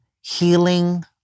healing